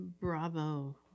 Bravo